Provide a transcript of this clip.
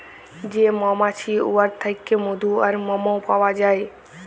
যে মমাছি উয়ার থ্যাইকে মধু আর মমও পাউয়া যায়